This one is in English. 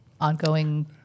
Ongoing